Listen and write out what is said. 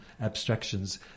abstractions